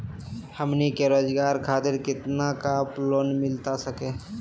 हमनी के रोगजागर खातिर कितना का लोन मिलता सके?